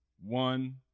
one